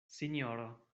sinjoro